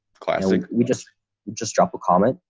classic, we just just drop a comment.